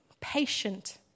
patient